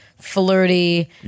flirty